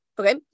okay